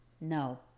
no